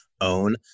own